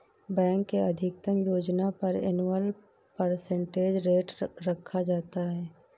bank के अधिकतम योजना पर एनुअल परसेंटेज रेट रखा जाता है